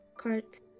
cart